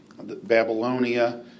Babylonia